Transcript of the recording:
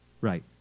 Right